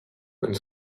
bonne